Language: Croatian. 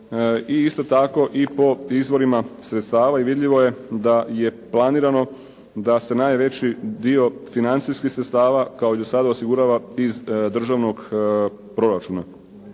i isto tako i po izvorima sredstava i vidljivo je da je planirano da se najveći dio financijskih sredstava, kao i do sada, osigurava iz državnog proračuna.